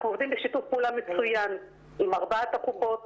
אנחנו עובדים בשיתוף פעולה מצוין עם ארבע הקופות